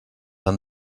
han